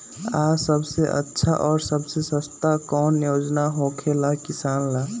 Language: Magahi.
आ सबसे अच्छा और सबसे सस्ता कौन योजना होखेला किसान ला?